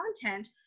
content